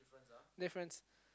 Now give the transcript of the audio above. difference